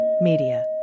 Media